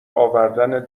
آوردن